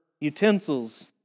utensils